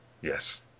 Yes